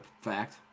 fact